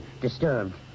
disturbed